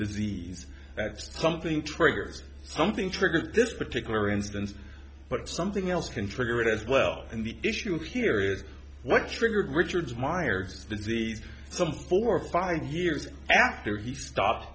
disease that something triggers something triggered this particular instance but something else can trigger it as well and the issue here is what triggered richard's meyer's disease some four or five years after he stopped